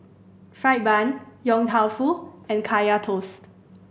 fried bun Yong Tau Foo and Kaya Toast